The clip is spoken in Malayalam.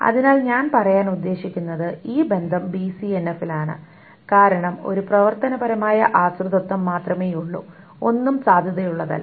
അതിനാൽ ഞാൻ പറയാൻ ഉദ്ദേശിക്കുന്നത് ഈ ബന്ധം ബിസിഎൻഎഫിലാണ് കാരണം ഒരു പ്രവർത്തനപരമായ ആശ്രിതത്വം മാത്രമേയുള്ളൂ ഒന്നും സാധുതയുള്ളതല്ല